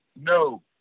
No